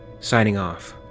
signing off.